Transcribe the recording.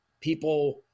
people